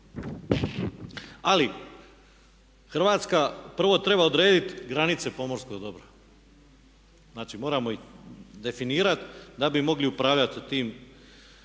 Ali, Hrvatska prvo treba odrediti granice pomorskog dobra. Znači, moramo ih definirati da bi mogli upravljati sa